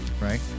right